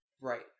Right